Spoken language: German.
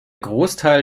großteil